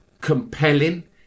compelling